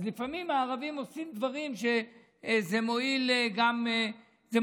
אז לפעמים הערבים עושים דברים וזה מועיל גם לנו.